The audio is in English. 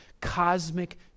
cosmic